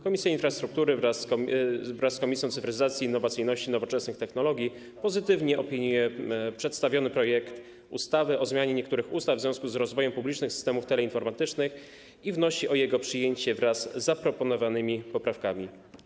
Komisja Infrastruktury wraz z Komisją Cyfryzacji, Innowacyjności i Nowoczesnych Technologii pozytywnie opiniuje przedstawiony projekt ustawy o zmianie niektórych ustaw w związku z rozwojem publicznych systemów teleinformatycznych i wnosi o jego przyjęcie wraz z zaproponowanymi poprawkami.